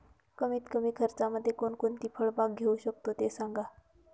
कमीत कमी खर्चामध्ये कोणकोणती फळबाग घेऊ शकतो ते सांगा